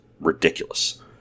ridiculous